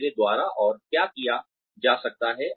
मेरे द्वारा और क्या किया जा सकता है